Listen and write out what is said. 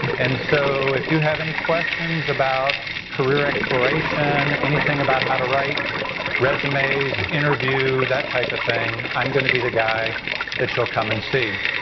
and so if you have any questions about career exploration, anything about how to write resumes, interview, that type of thing, i'm gonna be the guy that you'll come and see.